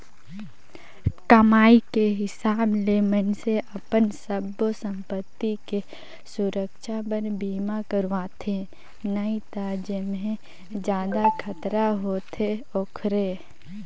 कमाई के हिसाब ले मइनसे अपन सब्बो संपति के सुरक्छा बर बीमा करवाथें नई त जेम्हे जादा खतरा होथे ओखरे